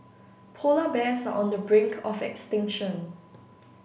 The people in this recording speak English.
polar bears are on the brink of extinction